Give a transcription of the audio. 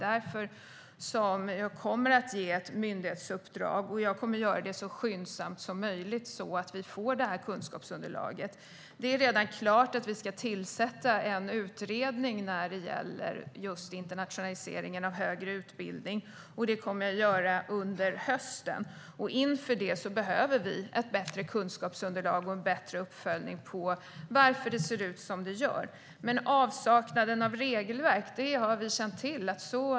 Därför kommer jag att ge ett myndighetsuppdrag så skyndsamt som möjligt så att vi får detta kunskapsunderlag. Det är redan klart att vi ska tillsätta en utredning om internationaliseringen av högre utbildning, och det kommer jag att göra under hösten. Inför det behöver vi ett bättre kunskapsunderlag och en bättre uppföljning av varför det ser ut som det gör. Avsaknaden av regelverk känner vi till.